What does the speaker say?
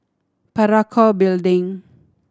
Parakou Building